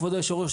כבוד היושב-ראש,